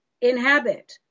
inhabit